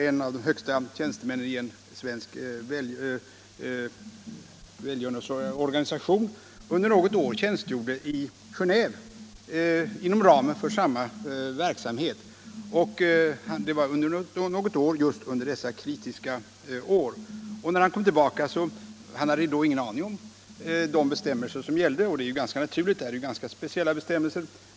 En av de högsta tjänstemännen i en svensk välgörenhetsorganisation tjänstgjorde under något år i den här ”kritiska” åldern i Geneve inom ramen för samma verksamhet. Han hade ingen aning om de bestämmelser som gällde — det är ganska naturligt, eftersom det är ganska speciella bestämmelser.